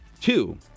Two